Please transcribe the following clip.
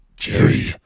Jerry